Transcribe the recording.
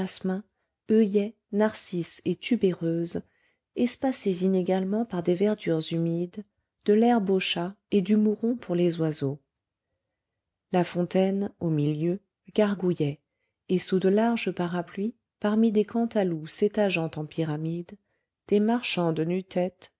narcisses et tubéreuses espacés inégalement par des verdures humides de lherbe au chat et du mouron pour les oiseaux la fontaine au milieu gargouillait et sous de larges parapluies parmi des cantaloups s'étageant en pyramides des marchandes nu-tête